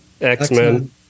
X-Men